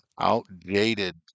outdated